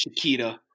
Shakita